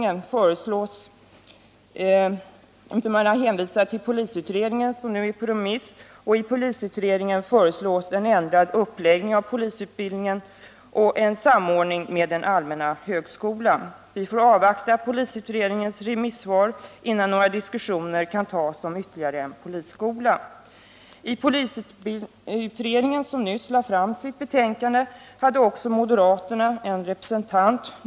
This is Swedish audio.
Man har i stället hänvisat till polisutredningen som nu är på remiss. I denna föreslås en ändrad uppläggning av polisutbildningen och en samordning med den allmänna högskolan. Vi får avvakta polisutredningens remissvar, innan några diskussioner om ytterligare en polisskola kan föras. I polisutredningen, som nyligen lagt fram sitt betänkande, hade också moderaterna en representant.